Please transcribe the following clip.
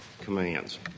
commands